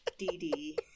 dd